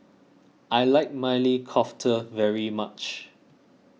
I like Maili Kofta very much